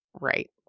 right